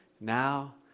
now